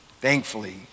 thankfully